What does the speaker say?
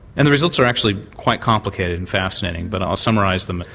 and the results are actually quite complicated and fascinating but i'll summarise them.